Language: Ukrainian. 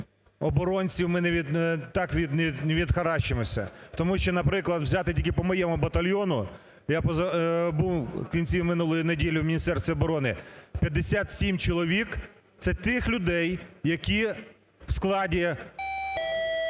так від них не відхаращимося. Тому що, наприклад, взяти тільки по моєму батальйону, я був в кінці минулої неділі в Міністерстві оборони, 57 чоловік – це тих людей, які в складі